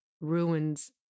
ruins